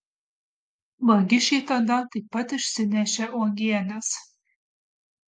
vagišiai tada taip pat išsinešė uogienes